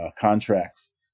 contracts